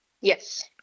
Yes